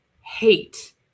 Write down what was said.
hate